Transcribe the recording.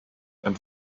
and